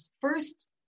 first